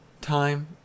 Time